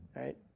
right